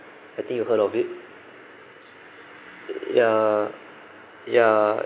I think you heard of it ya ya